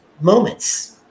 moments